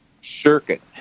circuit